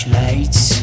lights